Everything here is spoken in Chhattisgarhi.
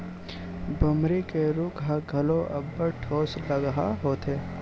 बमरी के रूख ह घलो अब्बड़ ठोसलगहा होथे